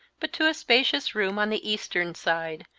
but to a spacious room on the eastern side,